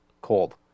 cold